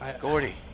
Gordy